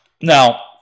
now